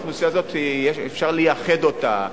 האוכלוסייה הזו אפשר לייחד אותה,